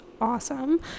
awesome